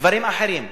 ודברים אחרים.